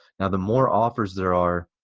now the more offers there are,